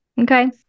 Okay